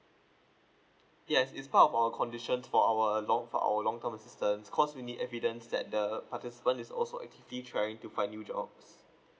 yes is part of our conditions for our long for our long term assistance cause we need evidence that the participant is also actually trying to fin new jobs